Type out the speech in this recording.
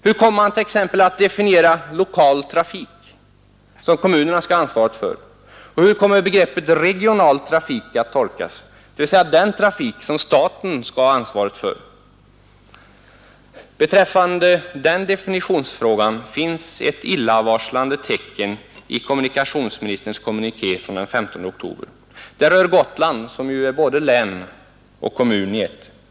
Hur kommer man t.ex. att definiera lokal trafik, som kommunerna skall ha ansvaret för, och hur kommer begreppet regional trafik att tolkas, dvs. den trafik som staten skall ha ansvaret för? Beträffande den definitionsfrågan finns ett illavarslande tecken i kommunikationsministerns kommuniké från den 14 oktober. Det rör Gotland som ju är både län och kommun i ett.